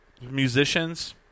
musicians